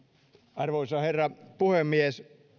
arvoisa herra puhemies